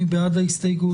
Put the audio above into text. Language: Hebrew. מי בעד ההסתייגות?